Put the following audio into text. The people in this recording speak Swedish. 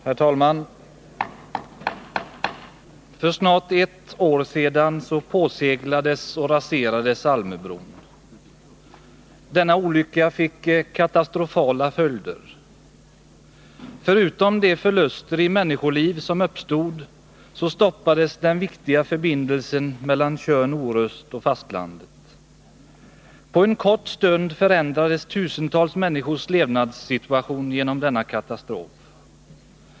Herr talman! För snart ett år sedan påseglades och raserades Almöbron. Denna olycka fick katastrofala följder. Förutom de förluster i människoliv som uppstod stoppades den viktiga förbindelsen mellan Tjörn och Orust och fastlandet. På en kort stund förändrades tusentals människors levnadssituation genom denna katastrof.